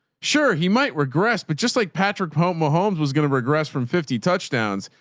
sure. he might regress, but just like patrick poma holmes was going to regress from fifty touchdowns.